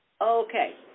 Okay